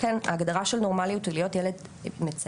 כן הגדרה של 'נורמליות' הוא להיות ילד מציית,